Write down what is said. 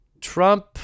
Trump